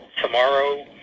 tomorrow